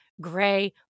gray